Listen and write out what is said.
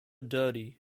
dirty